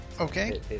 Okay